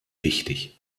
wichtig